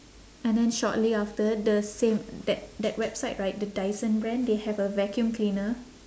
and then shortly after the same that that website right the dyson brand they have a vacuum cleaner